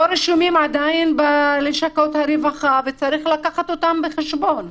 רשומות עדיין בלשכות הרווחה וצריך לקחת אותן בחשבון.